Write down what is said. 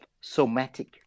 somatic